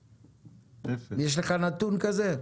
יש לך נתון כזה?